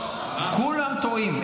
כולם טועים.